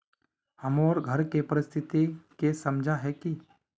हमर घर के परिस्थिति के समझता है की?